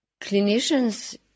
clinicians